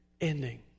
ending